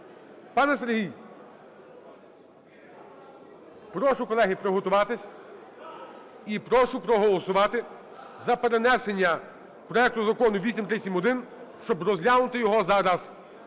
Пане Сергій! Прошу, колеги, приготуватись і прошу проголосувати за перенесення проекту закону 8371, щоб розглянути його зараз.